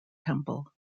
temple